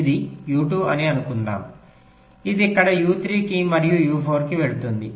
ఇది U2 అని అనుకుందాము ఇది ఇక్కడ U3 కి మరియు U4 కి వెళుతుంది